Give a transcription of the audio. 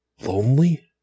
Lonely